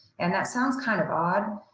and that sounds kind of odd,